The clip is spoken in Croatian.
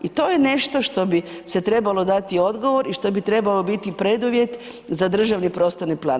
I to je nešto što bi se trebalo dati odgovor i što bi trebalo biti preduvjet za državni prostorni plan.